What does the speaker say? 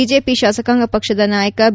BJP ಶಾಸಕಾಂಗ ಪಕ್ಷದ ನಾಯಕ ಬಿ